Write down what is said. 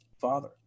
father